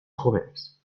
jóvenes